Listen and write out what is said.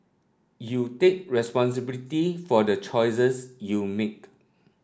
you take responsibility for the choices you make